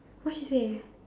what she say